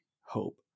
hope